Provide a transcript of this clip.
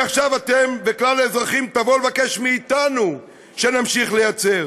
מעכשיו אתם וכלל האזרחים תבואו לבקש מאתנו שנמשיך לייצר,